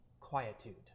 Quietude